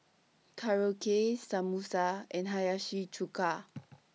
Korokke Samosa and Hiyashi Chuka